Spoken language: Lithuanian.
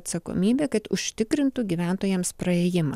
atsakomybė kad užtikrintų gyventojams praėjimą